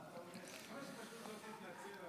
לא פשוט יותר להתנצל על הירי?